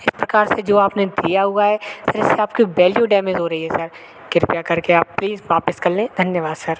एक प्रकार से जो आपने दिया हुआ है सर इससे आपकी बैल्यू डैमेज़ हो रही है सर कृपया करके आप प्लीज़ वापस कर लें धन्यवाद सर